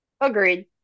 Agreed